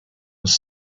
was